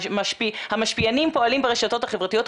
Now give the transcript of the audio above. המשפיענים פועלים ברשתות החברתיות.